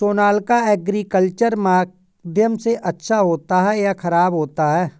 Sonalika agriculture माध्यम से अच्छा होता है या ख़राब होता है?